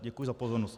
Děkuji za pozornost.